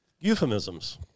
euphemisms